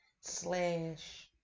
Slash